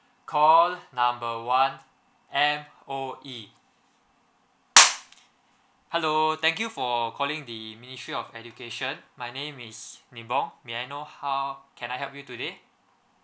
call number one M_O_E hello thank you for calling the ministry of education my name is nibong may I know how can I help you today